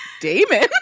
Damon